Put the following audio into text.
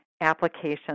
applications